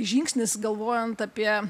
žingsnis galvojant apie